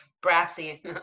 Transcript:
brassy